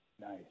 Nice